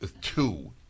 two